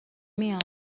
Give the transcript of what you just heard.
میاد